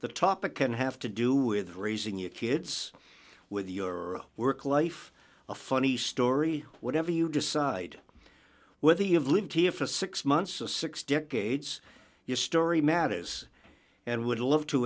the topic can have to do with raising your kids with your work life a funny story whatever you decide whether you've lived here for six months or six decades your story matters and would love to